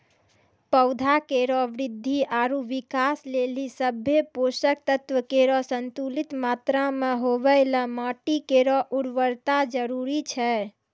पौधा केरो वृद्धि आरु विकास लेलि सभ्भे पोसक तत्व केरो संतुलित मात्रा म होवय ल माटी केरो उर्वरता जरूरी छै